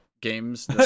games